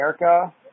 America